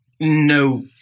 no